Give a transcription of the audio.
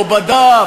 או בדף,